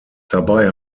dabei